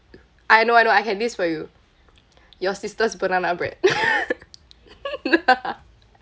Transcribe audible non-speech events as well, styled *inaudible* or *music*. I know I know I can list for you *noise* your sister's banana bread *laughs*